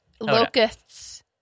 locusts